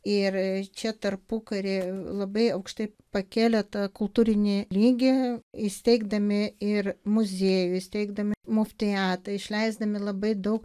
ir čia tarpukary labai aukštai pakėlė tą kultūrinį lygį įsteigdami ir muziejų įsteigdami muftijatą išleisdami labai daug